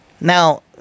Now